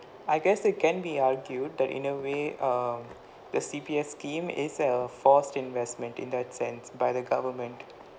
I guess it can be argued that in a way err the C_P_F scheme is a forced investment in that sense by the government